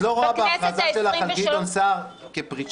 את לא רואה בהכרזה שלך על גדעון סער כפרישה?